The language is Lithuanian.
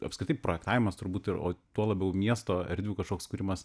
apskritai projektavimas turbūt ir o tuo labiau miesto erdvių kažkoks kūrimas